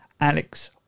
Alex